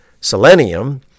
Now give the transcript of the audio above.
Selenium